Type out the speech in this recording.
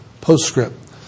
postscript